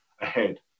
ahead